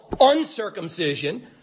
uncircumcision